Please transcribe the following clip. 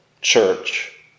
church